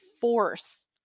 force